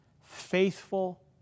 faithful